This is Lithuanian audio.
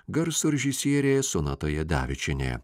garso režisierė sonata jadavičienė